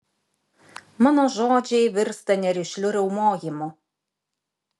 mano žodžiai virsta nerišliu riaumojimu